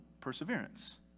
perseverance